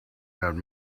add